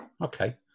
Okay